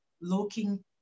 looking